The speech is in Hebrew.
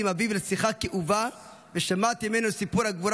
עם אביו לשיחה כאובה ושמעתי ממנו את סיפור הגבורה